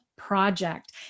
project